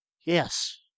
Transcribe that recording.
Yes